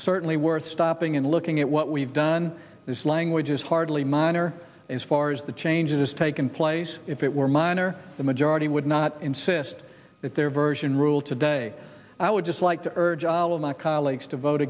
certainly worth stopping and looking at what we've done this language is hardly minor as far as the changes taking place if it were minor the majority would not insist that their version rule today i would just like to urge all of my colleagues to vote